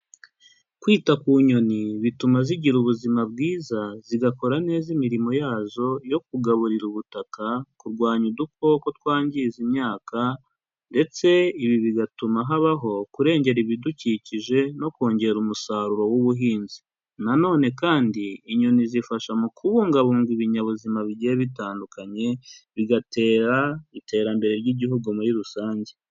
Kwita ku nyoni bituma zigira ubuzima bwiza, zigakora neza imirimo yazo yo kugaburira ubutaka, kurwanya udukoko twangiza imyaka, ndetse ibi bigatuma habaho kurengera ibidukikije no kongera umusaruro w'ubuhinzi. Na none kandi, inyoni zifasha mu kubungabunga ibinyabuzima bigiye bitandukanye, bigatera iterambere ry'igihugu muri rusange.